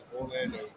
Orlando